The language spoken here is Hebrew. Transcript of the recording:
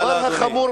הדבר החמור